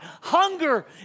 Hunger